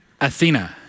Athena